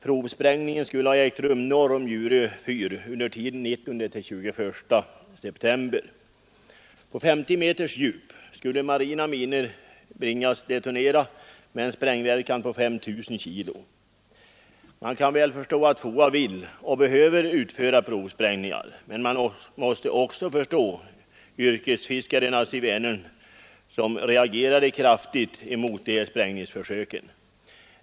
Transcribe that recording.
Provsprängningen skulle ha ägt rum norr om Djurö fyr under tiden den 19—21 september. Man kan väl förstå att FOA vill och behöver utföra provsprängningar. Men man måste också förstå yrkesfiskarna i Vänern som reagerade kraftigt mot sprängningsförsöken.